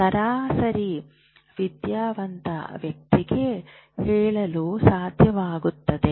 ಸರಾಸರಿ ವಿದ್ಯಾವಂತ ವ್ಯಕ್ತಿಗೆ ಹೇಳಲು ಸಾಧ್ಯವಾಗುತ್ತದೆ